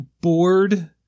bored